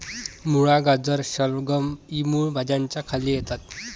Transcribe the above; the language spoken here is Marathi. मुळा, गाजर, शलगम इ मूळ भाज्यांच्या खाली येतात